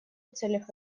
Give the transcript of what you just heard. целях